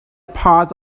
part